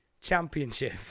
championship